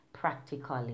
practically